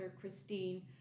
Christine